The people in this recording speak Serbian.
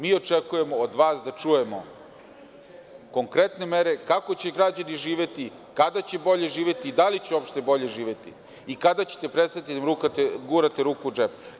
Mi očekujemo od vas da čujemo konkretne mere, kako će građani živeti, kada će bolje živeti, da li će uopšte bolje živeti i kada ćete prestati da gurate ruku u džep?